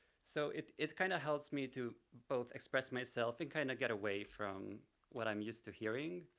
so it it kind of helps me to both express myself and kind of get away from what i'm used to hearing.